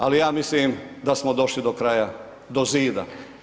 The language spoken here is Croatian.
Ali ja mislim da smo došli do kraja, do zida.